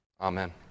Amen